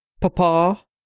Papa